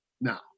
now